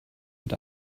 mit